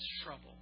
trouble